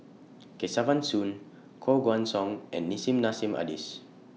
Kesavan Soon Koh Guan Song and Nissim Nassim Adis